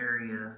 area